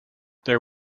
there